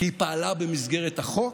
כי היא פעלה במסגרת החוק.